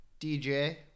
DJ